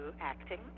acting